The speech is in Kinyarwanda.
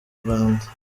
rwanda